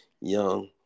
young